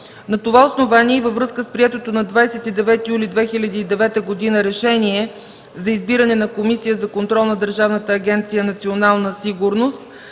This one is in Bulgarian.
На това основание и във връзка с приетото на 29 юли 2009 г. Решение за избиране на Комисия за контрол на Държавна агенция „Национална сигурност”,